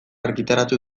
argitaratu